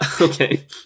Okay